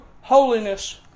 holiness